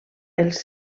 els